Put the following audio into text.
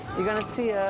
you're gonna see a